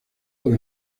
por